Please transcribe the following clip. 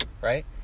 right